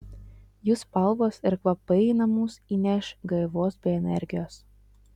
jų spalvos ir kvapai į namus įneš gaivos bei energijos